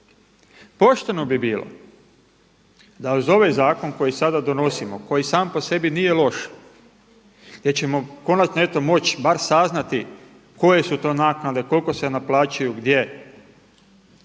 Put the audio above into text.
Pošteno bi bilo da uz ovaj zakon koji sada donosimo, koji sam po sebi nije loš, gdje ćemo konačno eto moći barem saznati koje su to naknade, koliko se naplaćuju, gdje,